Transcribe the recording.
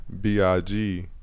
B-I-G